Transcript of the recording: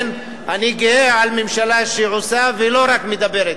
לכן אני גאה על ממשלה שעושה ולא רק מדברת.